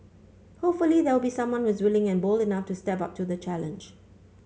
hopefully there will be someone who is willing and bold enough to step up to the challenge